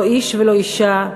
לא איש ולא אישה,